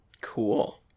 Cool